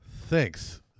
thanks